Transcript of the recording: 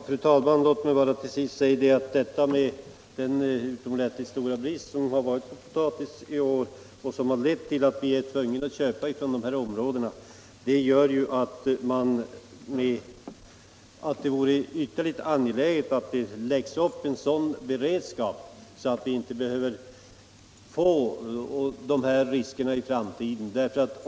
Fru talman! Låt mig bara till sist säga att den utomordentligt stora brist på potatis som har förevarit i år och som har lett till att vi har varit tvungna att köpa potatis från dessa områden gör det ytterligt angeläget att en sådan beredskap skapas att vi inte behöver få dessa problem i framtiden.